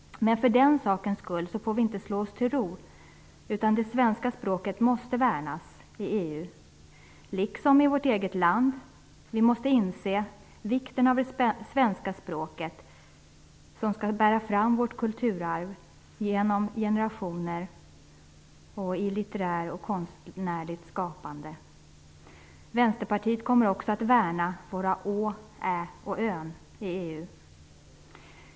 Men för den sakens skull får vi inte slå oss till ro. Det svenska språket måste värnas i EU liksom i vårt eget land. Vi måste inse vikten av det svenska språket som skall bära fram vårt kulturarv genom generationer i litterärt och konstnärligt skapande. Vänsterpartiet kommer också att värna våra å, ä och ö i EU.